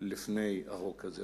לפני החוק הזה.